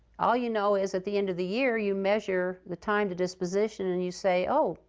all you know is, at the end of the year, you measure the time to disposition and you say, oh,